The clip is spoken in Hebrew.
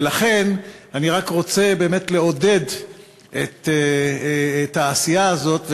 ולכן, אני רק רוצה באמת לעודד את העשייה הזאת.